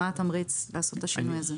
מה התמריץ לעשות את השינוי הזה?